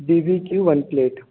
B B Q one plate